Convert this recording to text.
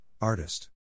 Artist